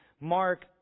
Mark